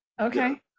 Okay